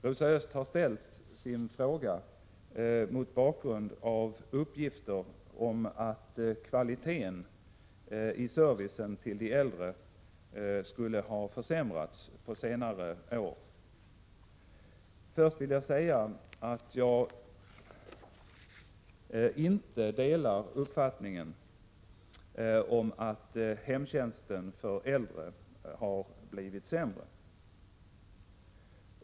Rosa Östh har ställt sin fråga mot bakgrund av uppgifter om att kvaliteten i servicen till de äldre skulle ha försämrats på senare år. Först vill jag säga att jag inte delar uppfattningen att hemtjänsten för äldre har blivit sämre.